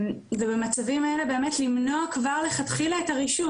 ובמצבים האלה באמת למנוע כבר מלכתחילה את הרישום